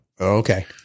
Okay